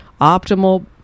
optimal